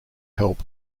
help